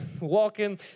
walking